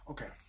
Okay